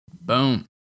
Boom